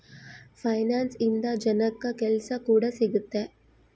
finance ಇಂದ ಜನಕ್ಕಾ ಕೆಲ್ಸ ಕೂಡ ಸಿಗುತ್ತೆ